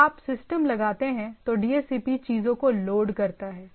जब आप सिस्टम लगाते हैं तो डीएचसीपी चीजों को लोड करता है